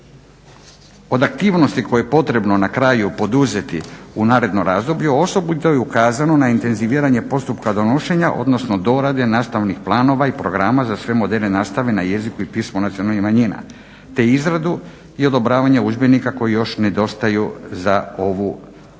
od aktivnosti koje je potrebno na kraju poduzeti u narednom razdoblju osobito je ukazano na intenziviranje postupka donošenja odnosno dorade nastavnih planova i programa za sve modele nastale na jeziku i pismu nacionalne manjine te izradu i odobravanje udžbenika koji još nedostaju za ovu nastavu,